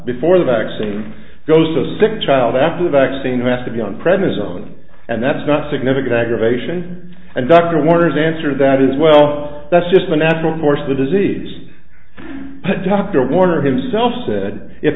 before the vaccine goes so sick child after the vaccine has to be on prednisone and that's not significant aggravation and dr warner is answer that is well that's just the natural course of the disease dr warner himself said if